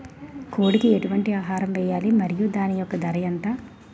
కోడి కి ఎటువంటి ఆహారం వేయాలి? మరియు దాని యెక్క ధర ఎంత?